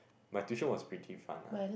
my tuition was pretty fun lah